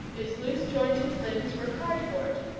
his loose-jointed limbs were cardboard,